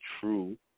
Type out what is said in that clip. true